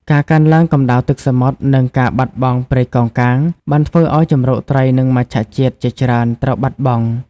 ការកើនឡើងកម្ដៅទឹកសមុទ្រ និងការបាត់បង់ព្រៃកោងកាង បានធ្វើឱ្យជម្រកត្រីនិងមច្ឆជាតិជាច្រើនត្រូវបាត់បង់។